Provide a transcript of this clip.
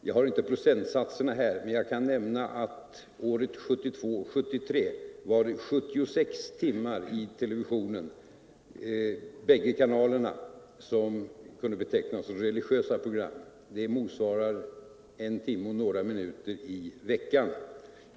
Jag har inte några procentsatser här, men jag kan nämna att året 1972/73 kunde 76 timmar i TV:s bägge kanaler betecknas som religiösa program. Detta motsvarar en timme och några minuter i veckan.